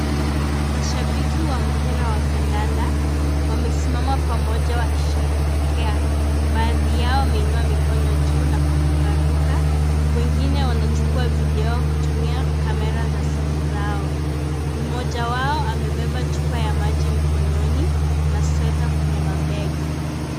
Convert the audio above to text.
Mashabiki wa mpira wa kandanda wamesimama pamoja wakisherehekea. Baadhi yao wameinua mikono juu na kuruka ruka, wengine wanachukua video kutumia kamera za simu zao. Mmoja wao amebeba chupa ya maji mkononi, na sweta kwenye mabega.